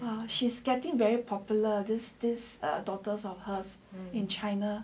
!wah! she's getting very popular this this daughters of hers in china